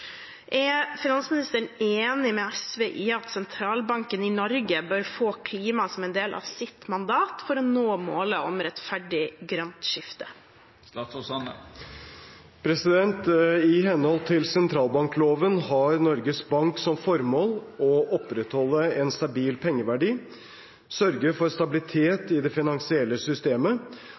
Er statsråden enig med SV i at sentralbanken bør få klima som en del av sitt mandat for å nå målet om et rettferdig grønt skifte?» I henhold til sentralbankloven har Norges Bank som formål å opprettholde en stabil pengeverdi, sørge for stabilitet i det finansielle systemet